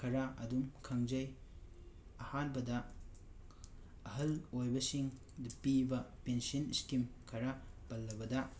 ꯈꯔ ꯑꯗꯨꯝ ꯈꯪꯖꯩ ꯑꯍꯥꯟꯕꯗ ꯑꯍꯜ ꯑꯣꯏꯕꯁꯤꯡꯗ ꯄꯤꯕ ꯄꯦꯟꯁꯤꯟ ꯁ꯭ꯀꯤꯝ ꯈꯔ ꯄꯜꯂꯕꯗ